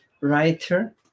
writer